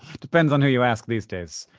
depends on who you ask these days.